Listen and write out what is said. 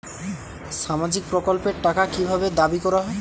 সামাজিক প্রকল্পের টাকা কি ভাবে দাবি করা হয়?